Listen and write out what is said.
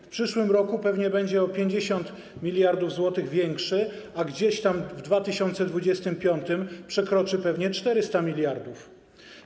W przyszłym roku pewnie będzie o 50 mld zł większy, a gdzieś tam w 2025 r. przekroczy pewnie 400 mld zł.